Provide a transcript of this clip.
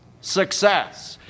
success